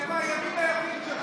איפה הימים היפים שלך?